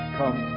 come